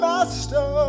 Master